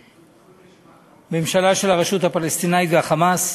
ממשלה של הרשות הפלסטינית וה"חמאס".